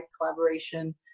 collaboration